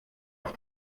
auf